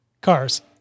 Cars